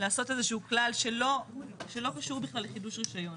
לעשות איזה שהוא כלל שלא קשור בכלל לחידוש רישיון.